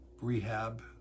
rehab